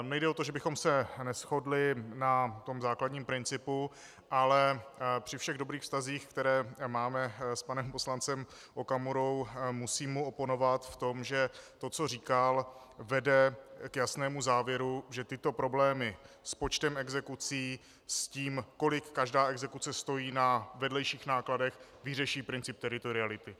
Nejde o to, že bychom se neshodli na základním principu, ale při všech dobrých vztazích, které máme s panem poslancem Okamurou, mu musím oponovat v tom, že to, co říkal, vede k jasnému závěru, že tyto problémy s počtem exekucí, s tím, kolik každá exekuce stojí na vedlejších nákladech, vyřeší princip teritoriality.